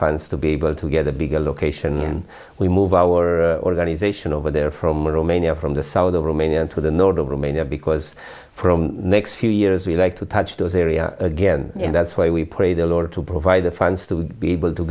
funds to be able to get the bigger location and we move our organization over there from romania from the south of the romanian to the nordic romania because from next few years we like to touch those area again and that's why we pray the lord to provide the funds to be able to